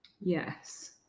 Yes